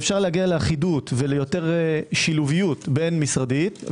אפשר להגיע לאחידות ויותר שילוביות בין משרדית.